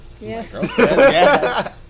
Yes